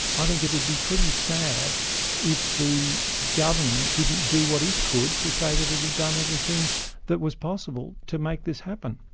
i think it would be pretty sad if the government didn't do what it could to say that it had done everything that was possible to make this happen.